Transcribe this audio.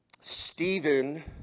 Stephen